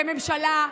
כממשלה,